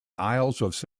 isles